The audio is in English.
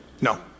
no